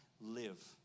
live